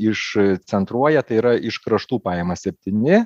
išcentruoja tai yra iš kraštų paima septyni